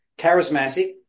Charismatic